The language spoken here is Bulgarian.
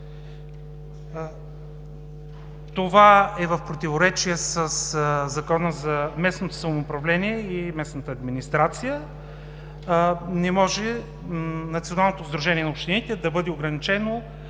Това е в противоречие със Закона за местното самоуправление и местната администрация. Не може Националното сдружение на общините да бъде ограничено